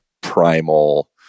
primal